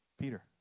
Peter